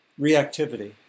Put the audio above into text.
reactivity